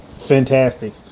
fantastic